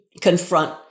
confront